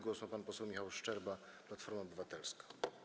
Głos ma pan poseł Michał Szczerba, Platforma Obywatelska.